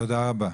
תודה רבה.